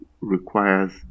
requires